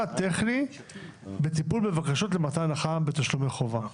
טכני לטיפול בבקשות למתן הנחה בתשלומי חובה".